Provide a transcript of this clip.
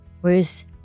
Whereas